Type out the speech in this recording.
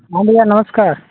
हाँ भैया नमस्कार